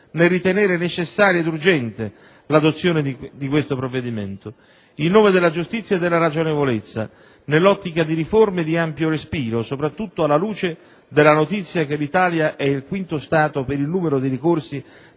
nel ritenere necessario ed urgente l'adozione di questo provvedimento in nome della giustizia e della ragionevolezza e nell'ottica di riforme di ampio respiro, soprattutto alla luce della notizia che l'Italia è il quintoStato per il numero di ricorsi